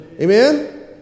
Amen